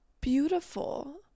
beautiful